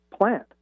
plant